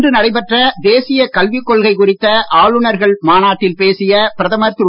இன்று நடைபெற்ற தேசிய கல்விக் கொள்கை குறித்த ஆளுநர்கள் மாநாட்டில் பேசிய பிரதமர் திரு